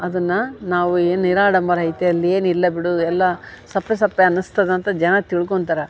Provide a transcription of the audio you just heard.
ಅದನ್ನ ನಾವು ಏನು ನಿರಾಡಂಬರೈತೆ ಅಲ್ಲಿ ಏನಿಲ್ಲ ಬಿಡುದು ಎಲ್ಲಾ ಸಪ್ಪೆ ಸಪ್ಪೆ ಅನಿಸ್ತದಂತ ಜನ ತಿಳ್ಕೊಳ್ತಾರ